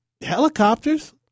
helicopters